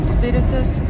Spiritus